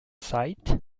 sight